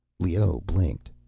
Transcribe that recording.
leoh blinked.